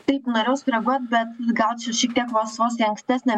taip norėjau sureaguot bet gal čia šiek tiek vos vos į ankstesnę